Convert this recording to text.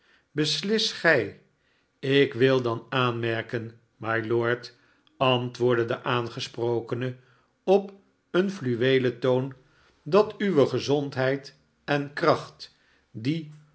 beslis gij ik wil dan aanmerken mylord antwoordde de aangesprokene op een fluweelen toon a dat uwe gezondheid en kracht die